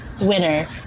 winner